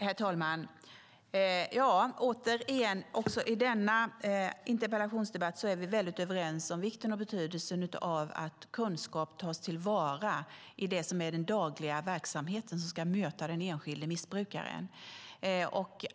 Herr talman! Återigen är vi, också i denna interpellationsdebatt, väldigt överens om vikten och betydelsen av att kunskap tas till vara i det som är den dagliga verksamheten som ska möta den enskilde missbrukaren.